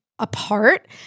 Apart